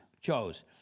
chose